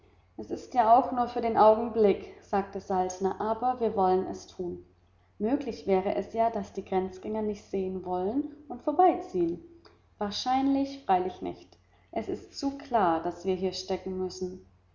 es ist auch nur für den augenblick sagte saltner aber wir wollen es tun möglich wäre es ja daß die grenzjäger nicht sehen wollen und vorbeiziehen wahrscheinlich freilich nicht es ist zu klar daß wir hier stecken müssen